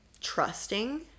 trusting